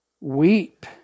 weep